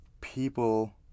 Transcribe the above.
People